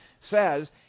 says